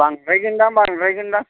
बांद्रायगोनदां बांद्रायगोन्दां